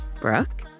Brooke